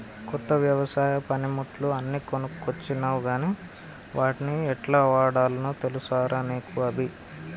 కొత్త వ్యవసాయ పనిముట్లు అన్ని కొనుకొచ్చినవ్ గని వాట్ని యెట్లవాడాల్నో తెలుసా రా నీకు అభి